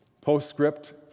Postscript